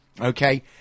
Okay